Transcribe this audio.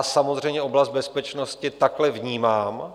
Samozřejmě oblast bezpečnosti takhle vnímám.